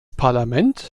parlament